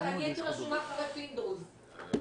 הייתי רשומה אחרי פינדרוס.